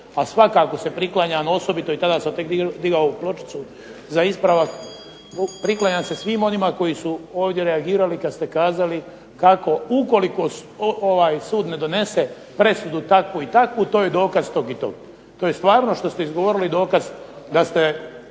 A svakako se priklanjam osobito i tada sam tek digao pločicu za ispravak, priklanjam se svim onima koji su ovdje reagirali kad ste kazali kako ukoliko ovaj sud ne donese presudu takvu i takvu to je dokaz tog i tog. To je stvarno što ste izgovorili dokaz da ste